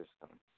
system